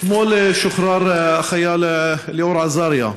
אתמול שוחרר החייל אלאור אזריה,